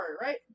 right